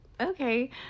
okay